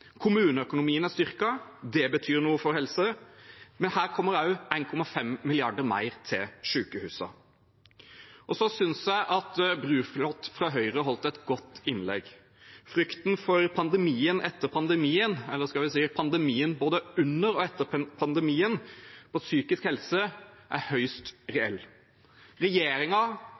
Kommuneøkonomien er styrket, det betyr noe for helse, men her kommer også 1,5 mrd. kr mer til sykehusene. Så synes jeg at representanten Bruflot fra Høyre holdt et godt innlegg. Frykten for pandemien etter pandemien, eller skal vi si pandemien både under og etter pandemien, og psykisk helse er høyst reell.